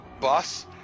bus